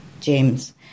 James